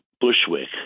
Bushwick